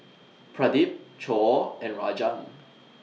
Pradip Choor and Rajan